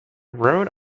rhode